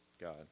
God